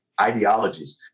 ideologies